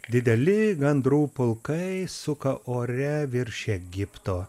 dideli gandrų pulkai suka ore virš egipto